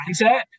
mindset